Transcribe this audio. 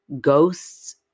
ghosts